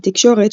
התקשורת,